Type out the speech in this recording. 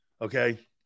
Okay